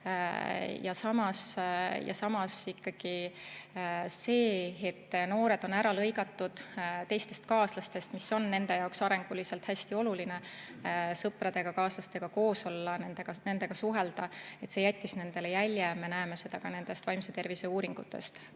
Aga samas ikkagi see, et noored on ära lõigatud teistest kaaslastest – [noorte] jaoks on arenguliselt hästi oluline sõpradega-kaaslastega koos olla, nendega suhelda –, jättis nendele jälje. Me näeme seda ka nendest vaimse tervise uuringutest,